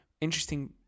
Interesting